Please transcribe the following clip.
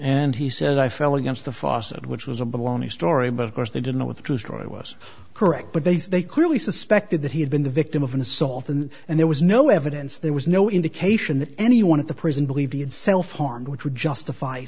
and he said i fell against the faucet which was a baloney story but of course they didn't know what the true story was correct but they said they clearly suspected that he had been the victim of an assault and and there was no evidence there was no indication that anyone at the prison believed he had self harm which would justify